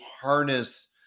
harness